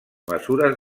mesures